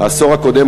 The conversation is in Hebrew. "העשור הקודם,